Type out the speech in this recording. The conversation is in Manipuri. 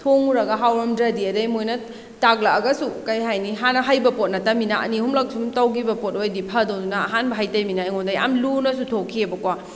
ꯊꯣꯡꯉꯨꯔꯒ ꯍꯥꯎꯔꯝꯗ꯭ꯔꯗꯤ ꯑꯗꯩ ꯃꯣꯏꯅ ꯇꯥꯛꯂꯛꯑꯒꯁꯨ ꯀꯩ ꯍꯥꯏꯅꯤ ꯍꯥꯟꯅ ꯍꯩꯕ ꯄꯣꯠꯅꯠꯇꯃꯤꯅ ꯑꯅꯤ ꯑꯍꯨꯝꯂꯛ ꯁꯨꯝ ꯇꯧꯈꯤꯕ ꯄꯣꯠ ꯑꯣꯏꯔꯗꯤ ꯐꯗꯧꯕ ꯑꯍꯥꯟꯕ ꯍꯩꯇꯃꯤꯅ ꯑꯩꯉꯣꯟꯗ ꯌꯥꯝ ꯂꯨꯅꯁꯨ ꯊꯣꯛꯈꯤꯑꯕ ꯀꯣ